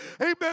Amen